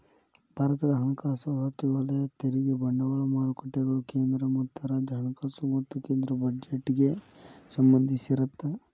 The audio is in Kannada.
ಭಾರತದ ಹಣಕಾಸು ಸಚಿವಾಲಯ ತೆರಿಗೆ ಬಂಡವಾಳ ಮಾರುಕಟ್ಟೆಗಳು ಕೇಂದ್ರ ಮತ್ತ ರಾಜ್ಯ ಹಣಕಾಸು ಮತ್ತ ಕೇಂದ್ರ ಬಜೆಟ್ಗೆ ಸಂಬಂಧಿಸಿರತ್ತ